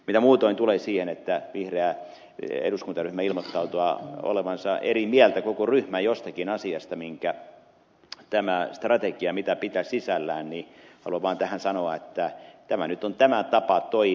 mitä muutoin tulee siihen että koko vihreä eduskuntaryhmä ilmoittaa olevansa eri mieltä jostakin asiasta jonka tämä strategia pitää sisällään niin haluan vaan tähän sanoa että tämä nyt on tämä tapa toimia